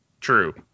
True